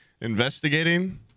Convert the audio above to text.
Investigating